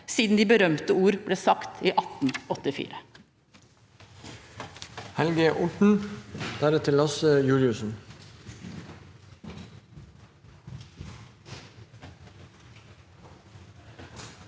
siden de berømte ord ble sagt i 1884.